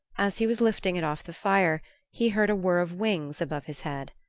as he was lifting it off the fire he heard a whirr of wings above his head.